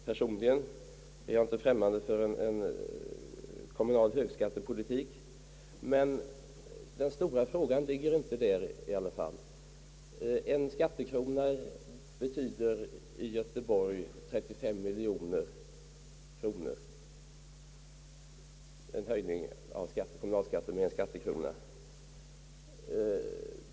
Personligen är jag inte främmande för en kommunal högskattepolitik, men den stora frågan gäller inte den saken. En höjning av kommunalskatten i Göteborg med 1 skattekrona ger för närvarande 35 miljoner kronor.